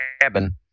cabin